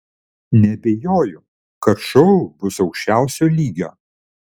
neabejoju kad šou bus aukščiausio lygio